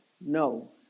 no